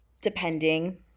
Depending